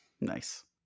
Nice